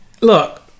Look